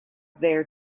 there